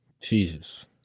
Jesus